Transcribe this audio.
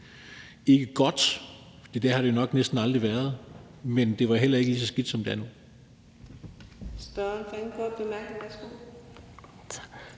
ikke godt, men det har det jo nok næsten aldrig været, men det var heller ikke lige så skidt, som det er nu.